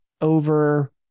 over